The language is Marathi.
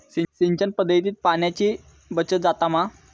सिंचन पध्दतीत पाणयाची बचत जाता मा?